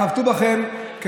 הרי בתקופה הזאת חבטו בכם,